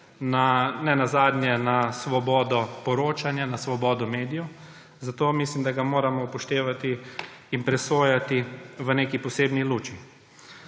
nenazadnje na svobodo poročanja, na svobodo medijev, zato mislim, da ga moramo upoštevati in presojati v neki posebni luči.